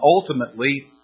ultimately